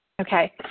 Okay